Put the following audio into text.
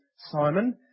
Simon